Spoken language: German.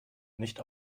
nicht